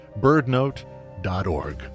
birdnote.org